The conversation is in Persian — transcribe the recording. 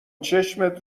چشمت